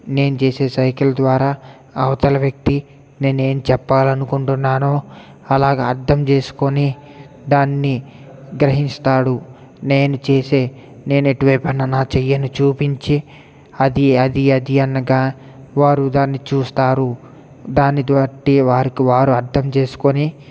నేను చేసే సైగల ద్వారా అవతల వ్యక్తి నేను ఏమి చెప్పాలి అనుకుంటున్నానో అలాగ అర్ధం చేసుకొని దాన్ని గ్రహిస్తాడు నేను చేసే నేను ఎటువైపు అన్నా నా చెయ్యిని చూపించి అది అది అది అనగా వారు దాన్ని చూస్తారు దాన్ని బట్టి వారికి వారు అర్ధంచేసుకొని